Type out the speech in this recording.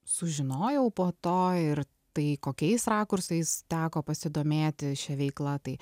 sužinojau po to ir tai kokiais rakursais teko pasidomėti šia veikla tai